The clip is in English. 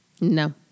No